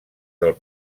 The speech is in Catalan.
del